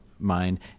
mind